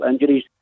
injuries